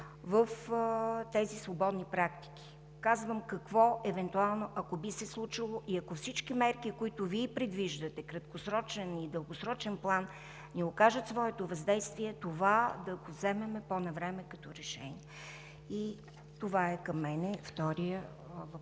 в тези свободни практики. Казвам какво евентуално – ако би се случило и ако всички мерки, които Вие предвиждате в краткосрочен и дългосрочен план, не окажат своето въздействие, това да го вземем пό навреме като решение. И това е към мене – вторият въпрос.